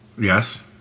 yes